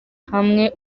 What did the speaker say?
hamwe